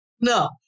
No